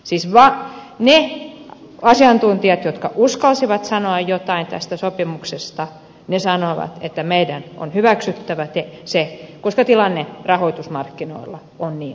siis ne asiantuntijat jotka uskalsivat sanoa jotain tästä sopimuksesta sanoivat että meidän on hyväksyttävä se koska tilanne rahoitusmarkkinoilla on niin vaikea